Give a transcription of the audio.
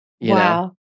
Wow